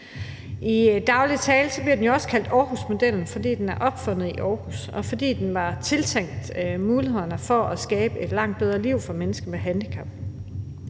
I daglig tale bliver den jo også kaldt Aarhusmodellen, fordi den er opfundet i Aarhus, og den var tiltænkt at give mulighederne for at skabe et langt bedre liv for mennesker med handicap.